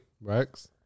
Rex